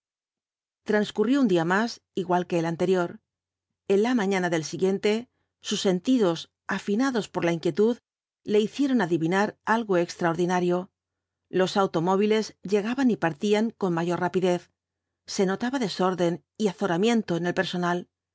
transcurrió un día más igual al anterior en la mañana del siguiente sus sentidos afinados por la inquietud le hicieron adivinar algo extraordinario los automóviles llegaban y partían con mayor rapidez se notaba desorden y azoramiento en el personal